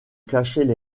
cachaient